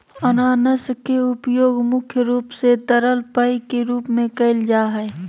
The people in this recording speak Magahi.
अनानास के उपयोग मुख्य रूप से तरल पेय के रूप में कईल जा हइ